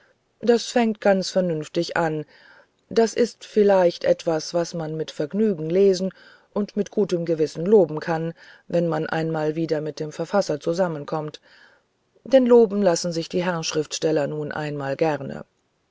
das fängt ganz vernünftig an das ist vielleicht etwas was man mit vergnügen lesen und mit gutem gewissen loben kann wenn man einmal wieder mit dem verfasser zusammenkommt denn loben lassen sich die herrn schriftsteller nun einmal gern